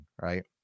right